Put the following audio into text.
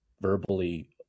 verbally